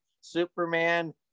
Superman